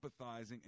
empathizing